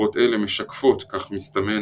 קערות אלה משקפות, כך מסתמן,